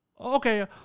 okay